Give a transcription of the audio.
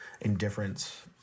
indifference